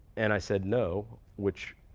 and i said no, which